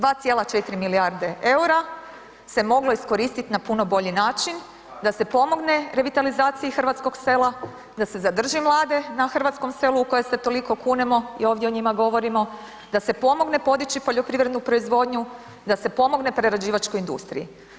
2,4 milijarde eura se moglo iskoristit na puno bolji način, da se pomogne revitalizaciji hrvatskog sela, da se zadrži mlade na hrvatskom selu u koje se toliko kunemo i ovdje o njima govorimo, da se pomogne podići poljoprivrednu proizvodnju, da se pomogne prerađivačkoj industriji.